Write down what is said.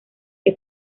que